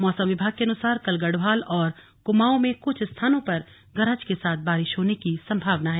मौसम विभाग के अनुसार कल गढ़वाल और कुमाऊं में कुछ स्थानों पर गरज के साथ बारिश होने की संभावना है